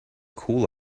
cool